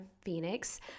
Phoenix